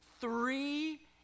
Three